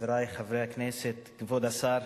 חברי חברי הכנסת, כבוד השר,